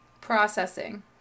processing